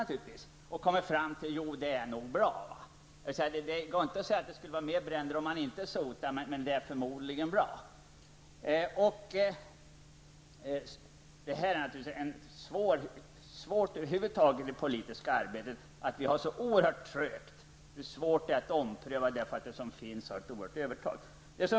Man har kommit fram till att det nog är bra med sotning. Det går inte att säga att det skulle bli fler bränder om man inte hade sotning, men sotning är förmodligen bra. Det är naturligtvis svårt över huvud taget i det politiska arbetet att ompröva saker, eftersom det är ett så oerhört trögt system och det som finns har ett så oerhört övertag.